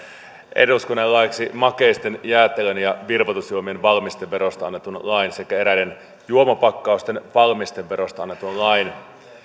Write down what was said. eduskunnalle laeiksi makeisten jäätelön ja virvoitusjuomien valmisteverosta annetun lain sekä eräiden juomapakkausten valmisteverosta annetun lain